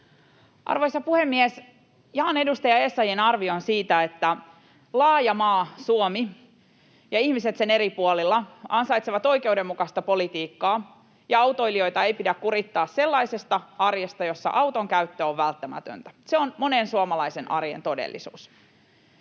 Arvoisa puhemies! Jaan edustaja Essayahin arvion siitä, että laaja maa Suomi ja ihmiset sen eri puolilla ansaitsevat oikeudenmukaista politiikkaa ja autoilijoita ei pidä kurittaa sellaisesta arjesta, jossa auton käyttö on välttämätöntä. Se on monen suomalaisen arjen todellisuus.